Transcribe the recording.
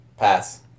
Pass